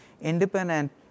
independent